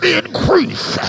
increase